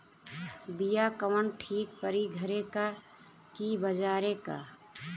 बिया कवन ठीक परी घरे क की बजारे क?